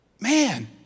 Man